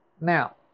Now